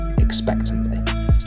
expectantly